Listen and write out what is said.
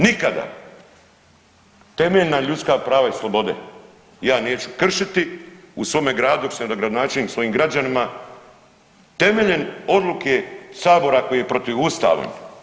Nikada temeljna ljudska prava i slobode ja neću kršiti u svome gradu dok sam gradonačelnik svojim građanima temeljem odluke sabora koji je protivustavan.